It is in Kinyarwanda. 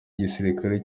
igisirikare